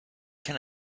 can